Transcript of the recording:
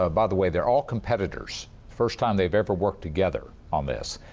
ah by the way, they're all competitors first time they have ever worked together on this.